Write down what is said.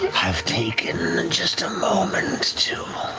i've taken and just a moment to